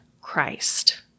Christ